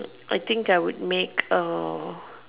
I think I would make a